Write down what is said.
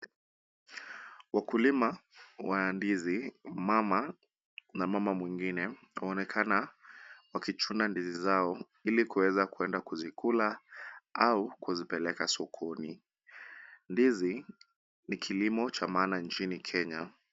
Wakulima wa ndizi, mama na mama mwingine wanaonekana wakichuna ndizi zao ili kwenda kuzikula ama kuzipeleka sokoni. Ndizi ni kilimo cha maana nchini kenya.